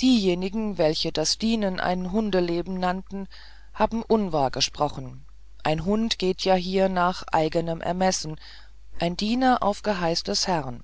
diejenigen welche das dienen ein hundeleben nannten haben unwahr gesprochen ein hund geht ja hier nach eigenem ermessen ein diener auf geheiß des herrn